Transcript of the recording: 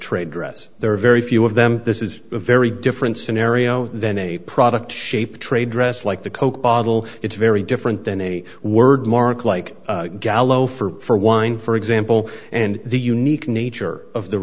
trade dress there are very few of them this is a very different scenario than a product shaped trade dress like the coke bottle it's very different than a word mark like gallo for wine for example and the unique nature of the